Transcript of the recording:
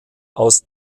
aus